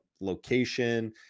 location